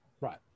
Right